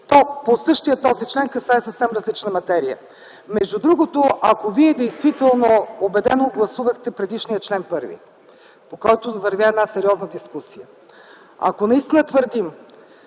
то по същия този член касае съвсем различна материя. Между другото ако Вие действително убедено гласувахте предишния чл.1, по който върви сериозна дискусия, ако настина твърдим,